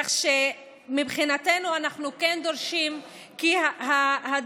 כך שמבחינתנו אנחנו כן דורשים שדרגות